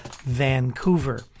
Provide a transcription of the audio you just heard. Vancouver